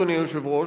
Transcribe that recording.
אדוני היושב-ראש,